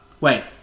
wait